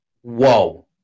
Whoa